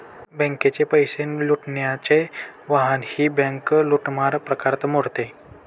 बँकेचे पैसे लुटण्याचे वाहनही बँक लूटमार प्रकारात मोडते